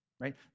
right